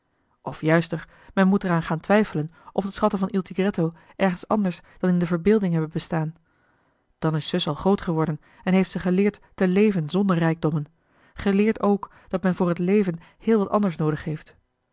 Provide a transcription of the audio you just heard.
juister men moet er aan gaan twijfelen of de schatten van il tigretto ergens anders dan in de verbeelding hebben bestaan dan is zus al groot geworden en heeft ze geleerd te leven zonder rijkdommen geleerd k dat men voor het leven heel wat anders noodig heeft